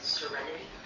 serenity